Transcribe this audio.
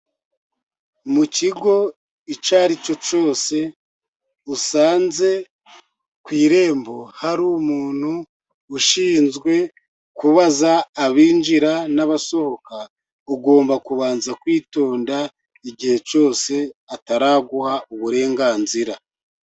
Mu kigo icyo aricyo cyose usanze, ku irembo hari umuntu ushinzwe kubaza abinjira n'abasohoka, ugomba kubanza kwitonda igihe cyose ataraguha uburenganzira.